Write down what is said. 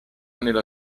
nella